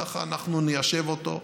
ככה אנחנו ניישב אותו,